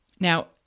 Now